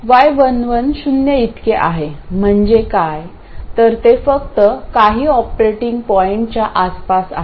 y11 शून्य इतके आहे म्हणजे काय तर ते फक्त काही ऑपरेटिंग पॉईंटच्या आसपास आहे